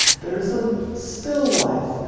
there's a still life,